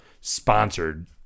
sponsored